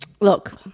Look